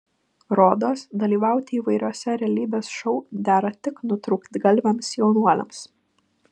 rodos dalyvauti įvairiuose realybės šou dera tik nutrūktgalviams jaunuoliams